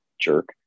jerk